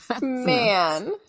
man